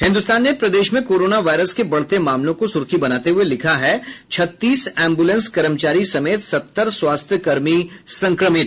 हिन्दुस्तान ने प्रदेश में कोरोना वायरस के बढ़ते मामलों को सुर्खी बनाते हुये लिखा है छत्तीस एम्बुलेंस कर्मचारी समेत सत्तर स्वास्थ्य कर्मी संक्रमित